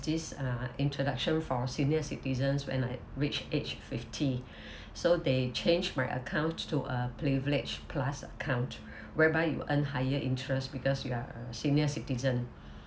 this uh introduction for senior citizens when I reach age fifty so they changed my account to a privilege plus account whereby you earn higher interest because you are senior citizen